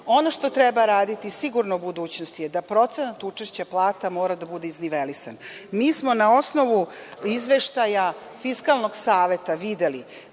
sigurno treba raditi u budućnosti je da procenat učešća plata mora biti iznivelisan. Mi smo na osnovu izveštaja Fiskalnog saveta videli